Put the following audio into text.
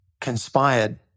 conspired